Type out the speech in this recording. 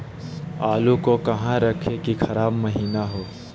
आलू को कहां रखे की खराब महिना हो?